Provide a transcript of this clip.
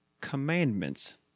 commandments